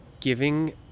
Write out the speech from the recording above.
giving